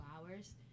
hours